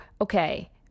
Okay